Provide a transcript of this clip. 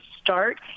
start